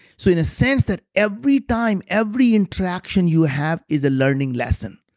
so in a sense that every time, every interaction you have is a learning lesson.